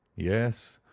yes,